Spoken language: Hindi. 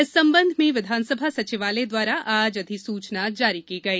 इस संबंध में विधानसभा सचिवालय द्वारा आज अधिसूचना जारी की गई